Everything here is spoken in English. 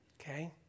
okay